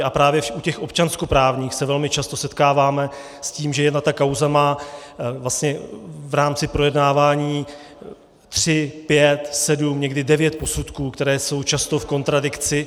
A právě u těch občanskoprávních se velmi často setkáváme s tím, že jedna ta kauza má vlastně v rámci projednávání tři, pět, sedm, někdy devět posudků, které jsou často v kontradikci.